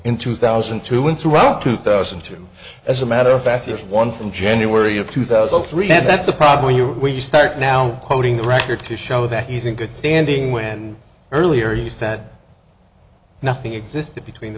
in two thousand and two when throughout two thousand and two as a matter of fact here's one from january of two thousand and three and that's a problem when you when you start now quoting the record to show that he's in good standing when earlier he said nothing existed between the